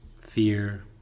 fear